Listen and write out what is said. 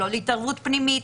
לא להתערבות פנימית,